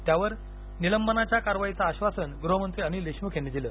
त्यावर निलंबनाच्या कारवाईचं आश्वासान गृहमंत्री अनिल देशमुख यांनी दिलं